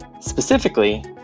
Specifically